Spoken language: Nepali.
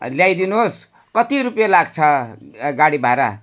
ल्याइदिनु होस् कति रुपियाँ लाग्छ गाडी भाडा